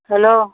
hello